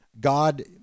God